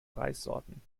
reissorten